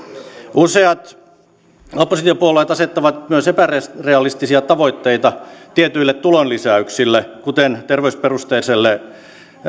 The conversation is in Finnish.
useat oppositiopuolueet asettavat myös epärealistisia tavoitteita tietyille tulonlisäyksille kuten terveysperusteisille